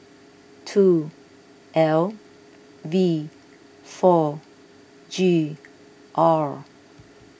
two L V four G R